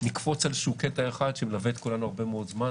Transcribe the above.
ונקפוץ על איזשהו קטע אחד שמלווה את כולנו הרבה מאוד זמן.